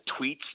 Tweets